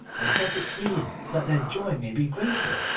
and set it free that their joy may be greater,